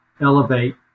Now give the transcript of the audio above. elevate